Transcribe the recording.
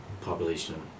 population